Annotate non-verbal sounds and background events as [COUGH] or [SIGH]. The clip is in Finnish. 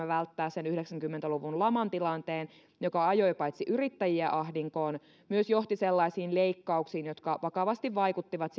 [UNINTELLIGIBLE] välttää sen yhdeksänkymmentä luvun laman tilanteen joka paitsi ajoi yrittäjiä ahdinkoon myös johti sellaisiin leikkauksiin jotka vaikuttivat [UNINTELLIGIBLE]